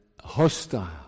hostile